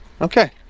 Okay